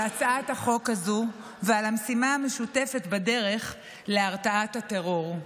על הצעת החוק הזאת ועל המשימה המשותפת בדרך להרתעת הטרור.